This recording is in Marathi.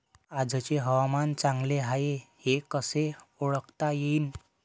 आजचे हवामान चांगले हाये हे कसे ओळखता येईन?